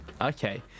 Okay